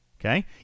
Okay